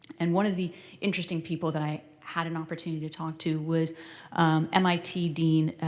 and one of the interesting people that i had an opportunity to talk to was mit dean,